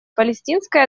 палестинской